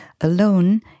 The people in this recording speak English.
alone